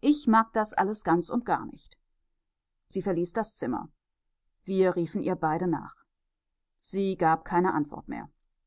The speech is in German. ich mag das alles ganz und gar nicht sie verließ das zimmer wir riefen ihr beide nach sie gab keine antwort mehr